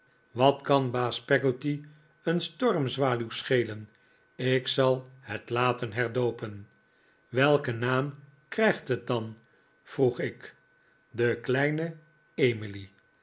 wat kan baas peggotty een stormzwaluw schelen ik zal het laten herdoopen welken naam krijgt het dan vroeg ik de kleine emily